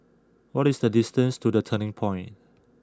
what is the distance to The Turning Point